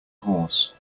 horse